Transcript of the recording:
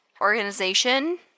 Organization